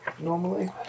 normally